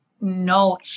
No